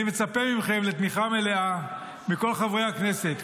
אני מצפה לתמיכה מלאה מכל חברי הכנסת,